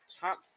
Top